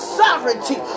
sovereignty